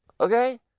Okay